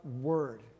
word